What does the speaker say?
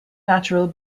natural